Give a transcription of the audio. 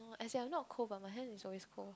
as in I'm not cold but my hands is always cold